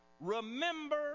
Remember